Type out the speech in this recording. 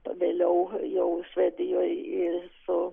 vėliau jau švedijoj ir su